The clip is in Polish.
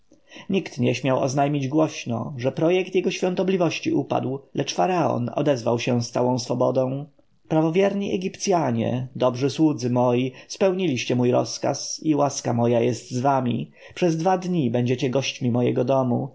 nikt nie śmiał oznajmić głośno że projekt jego świątobliwości upadł lecz faraon odezwał się z całą swobodą prawowierni egipcjanie dobrzy słudzy moi spełniliście mój rozkaz i łaska moja jest z wami przez dwa dni będziecie gośćmi mojego domu